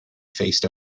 faced